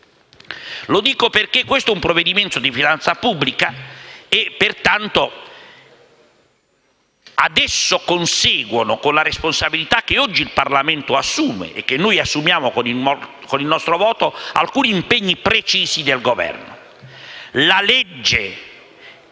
Lo dico perché questo è un provvedimento di finanza pubblica e, pertanto, ad esso conseguono, con la responsabilità che oggi il Parlamento assume e che noi assumiamo con il nostro voto, alcuni impegni precisi del Governo.